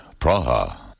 Praha